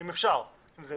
אם אפשר, אם זאת